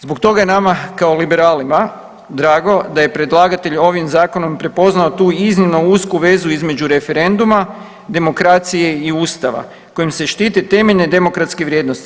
Zbog toga je nama kao liberalima drago da je predlagatelj ovim zakonom prepoznao tu iznimno usku vezu između referenduma, demokracije i Ustava kojim se štite temeljne demokratske vrijednosti.